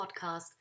podcast